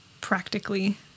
practically